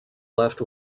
left